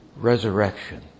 resurrection